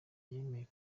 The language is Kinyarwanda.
yemeye